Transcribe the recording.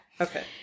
Okay